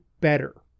better